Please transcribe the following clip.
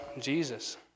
Jesus